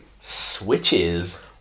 switches